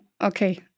okay